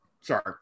Sorry